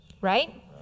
Right